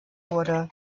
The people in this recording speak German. wurde